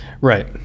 Right